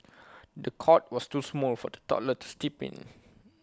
the cot was too small for the toddler to sleep in